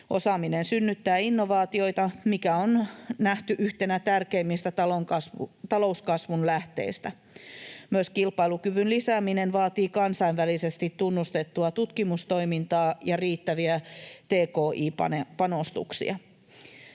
Osaaminen synnyttää innovaatioita, mikä on nähty yhtenä tärkeimmistä talouskasvun lähteistä. Myös kilpailukyvyn lisääminen vaatii kansainvälisesti tunnustettua tutkimustoimintaa ja riittäviä tki-panostuksia.